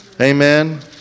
Amen